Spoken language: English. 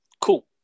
cool